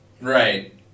right